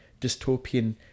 dystopian